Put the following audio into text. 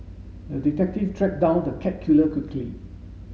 the detective tracked down the cat killer quickly